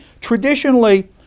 Traditionally